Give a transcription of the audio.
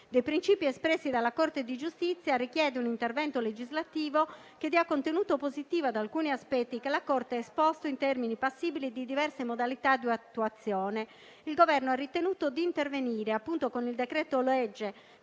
dei principi espressi dalla Corte di giustizia richiede un intervento legislativo che dia contenuto positivo ad alcuni aspetti che la Corte ha esposto in termini passibili di diverse modalità di attuazione, il Governo ha ritenuto di intervenire con il decreto-legge